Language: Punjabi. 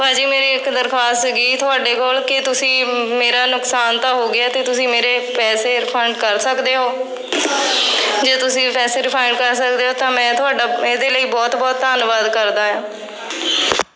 ਭਾਅ ਜੀ ਮੇਰੀ ਇੱਕ ਦਰਖੁਆਸ ਸੀਗੀ ਤੁਹਾਡੇ ਕੋਲ ਕਿ ਤੁਸੀਂ ਮੇਰਾ ਨੁਕਸਾਨ ਤਾਂ ਹੋ ਗਿਆ ਅਤੇ ਤੁਸੀਂ ਮੇਰੇ ਪੈਸੇ ਰਿਫੰਡ ਕਰ ਸਕਦੇ ਹੋ ਜੇ ਤੁਸੀਂ ਪੈਸੇ ਰਿਫੰਡ ਕਰ ਸਕਦੇ ਹੋ ਤਾਂ ਮੈਂ ਤੁਹਾਡਾ ਇਹਦੇ ਲਈ ਬਹੁਤ ਬਹੁਤ ਧੰਨਵਾਦ ਕਰਦਾ ਹਾਂ